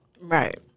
Right